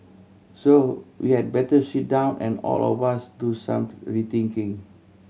so we had better sit down and all of us do some rethinking